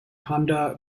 honda